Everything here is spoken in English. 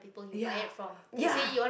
ya ya